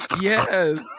yes